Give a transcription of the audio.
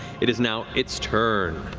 it is now its turn.